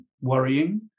worrying